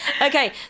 Okay